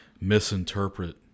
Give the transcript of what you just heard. misinterpret